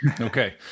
Okay